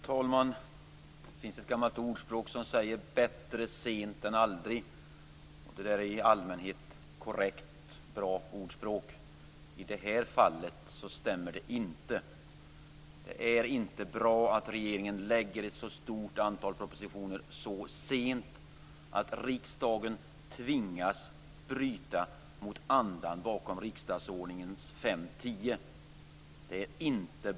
Fru talman! Det finns ett gammalt ordspråk som lyder: Bättre sent än aldrig. Det är i allmänhet ett korrekt och bra ordspråk. Men i det här fallet stämmer det inte. Det är inte bra att regeringen lägger fram ett så stort antal propositioner så sent att riksdagen tvingas bryta mot andan i riksdagsordningens 5.10.